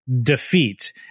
Defeat